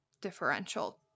differential